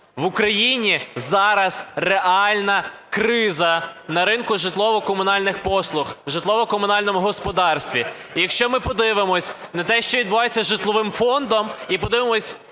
В Україні зараз реальна криза на ринку житлово-комунальних послуг в житлово-комунальному господарстві. І якщо ми подивимося на те, що відбувається з житловим фондомЮ і подивимося,